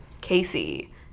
Casey